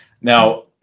Now